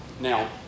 Now